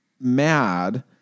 mad